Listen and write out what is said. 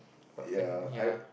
but ya